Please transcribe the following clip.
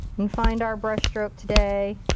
and find our brush stroke today.